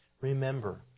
remember